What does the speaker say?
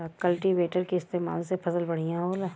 cultivator के इस्तेमाल से फसल बढ़िया होला